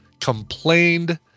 complained